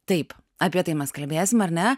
taip apie tai mes kalbėsim ar ne